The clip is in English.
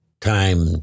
time